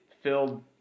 filled